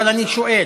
אבל אני שואל: